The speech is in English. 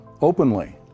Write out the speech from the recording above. openly